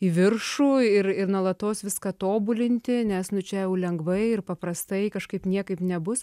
į viršų ir ir nuolatos viską tobulinti nes nu čia jau lengvai ir paprastai kažkaip niekaip nebus